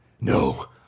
No